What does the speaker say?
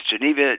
Geneva